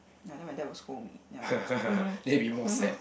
ya then my dad will scold me then I'm like hmm hmm hmm hmm